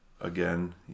again